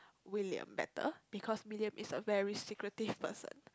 William better because William is a very secretive person